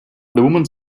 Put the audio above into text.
woman